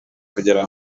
kugira